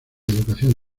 educación